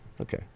Okay